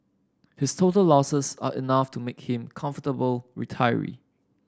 his total losses are enough to make him comfortable retiree